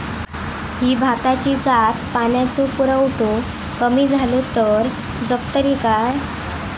ही भाताची जात पाण्याचो पुरवठो कमी जलो तर जगतली काय?